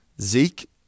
Zeke